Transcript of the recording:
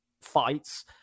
fights